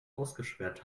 ausgesperrt